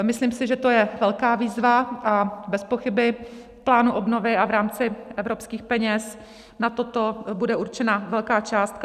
Myslím si, že to je velká výzva bezpochyby, plán obnovy, a v rámci evropských peněz na toto bude určena velká částka.